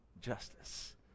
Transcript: justice